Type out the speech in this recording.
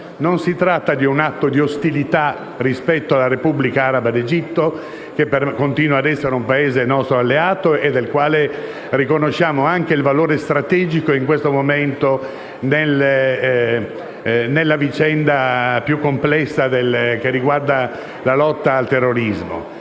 Non si tratta di un atto di ostilità rispetto alla Repubblica araba d'Egitto, che continua a essere un Paese nostro alleato e del quale riconosciamo anche il valore strategico in questo momento nella vicenda più complessa che riguarda la lotta al terrorismo;